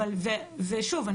ושוב,